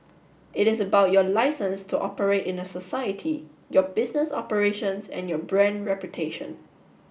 it is about your licence to operate in a society your business operations and your brand reputation